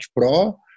Pro